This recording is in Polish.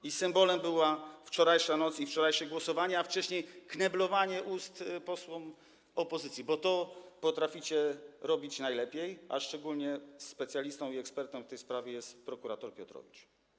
I symbolem była wczorajsza noc i wczorajsze głosowania, a wcześniej kneblowanie ust posłom opozycji, bo to potraficie robić najlepiej, a szczególnie specjalistą i ekspertem w tej sprawie jest prokurator Piotrowicz.